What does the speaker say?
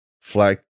Flag